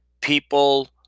people